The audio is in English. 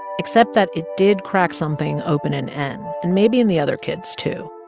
except that it did crack something open in n and maybe in the other kids, too.